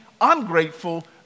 ungrateful